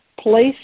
place